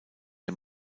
der